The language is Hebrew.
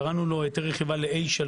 קראנו לו היתר רכיבה ל-A3.